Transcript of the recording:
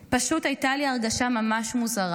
פשוט הייתה לי הרגשה ממש מוזרה.